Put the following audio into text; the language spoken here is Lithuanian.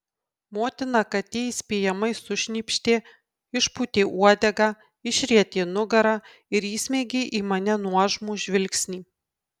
motina katė įspėjamai sušnypštė išpūtė uodegą išrietė nugarą ir įsmeigė į mane nuožmų žvilgsnį